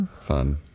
Fun